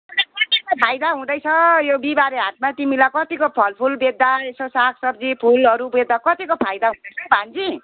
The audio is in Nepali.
अन्त कतिको फाइदा हुँदैछ यो बिहिबारे हाटमा तिमीलाई कतिको फलफुल बेच्दा यसो सागसब्जी फुलहरू बेच्दा कतिको फाइदा हुँदैछ हौ भान्जी